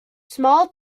small